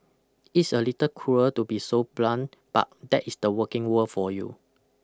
It's a little cruel to be so blunt but that is the working world for you